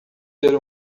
ter